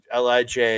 LIJ